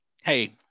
Hey